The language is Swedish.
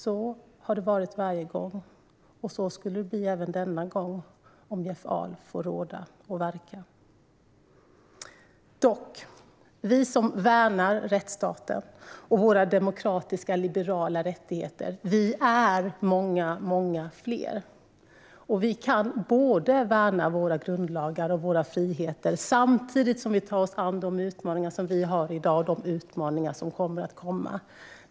Så har det varit varje gång, och så skulle det bli även denna gång om Jeff Ahl får råda och verka. Dock: Vi som värnar rättsstaten och våra demokratiska liberala rättigheter är många fler. Vi kan både värna våra grundlagar och våra friheter samtidigt som vi tar oss an de utmaningar som vi har i dag och de utmaningar som kommer att komma. Vi kan både värna våra grundlagar och våra friheter samtidigt som vi tar oss an de utmaningar som vi har i dag och de utmaningar som kommer att komma.